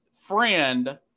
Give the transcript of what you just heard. friend